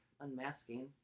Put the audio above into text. unmasking